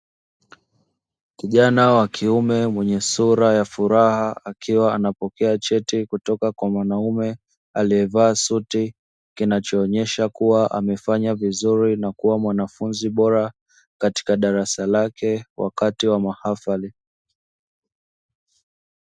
Kijana wa kiume mwenye sura ya furaha akiwa anapokea cheti kutoka kwa mwanaume aliyevaa suti, kinachoonyesha kuwa amefanya vizuri na kuwa mwanafunzi bora katika darasa lake wakati wa mahafali.